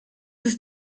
ist